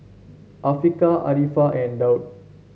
Afiqah Arifa and Daud